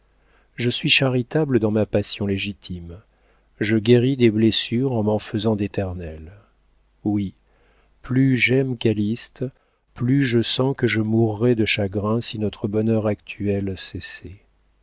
je suis charitable dans ma passion légitime je guéris des blessures en m'en faisant d'éternelles oui plus j'aime calyste plus je sens que je mourrais de chagrin si notre bonheur actuel cessait